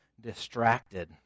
distracted